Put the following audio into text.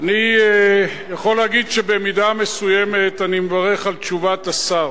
אני יכול להגיד שבמידה מסוימת אני מברך על תשובת השר.